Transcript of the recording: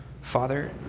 Father